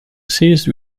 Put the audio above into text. ceased